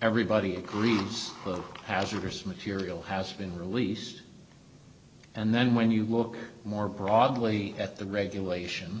everybody agrees that hazardous material has been released and then when you look more broadly at the regulation